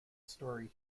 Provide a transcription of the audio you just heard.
story